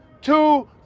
two